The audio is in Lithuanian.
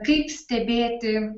kaip stebėti